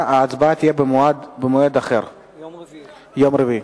ההצבעה תהיה במועד אחר, יום רביעי.